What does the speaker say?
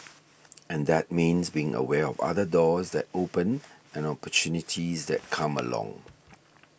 and that means being aware of other doors that open and opportunities that come along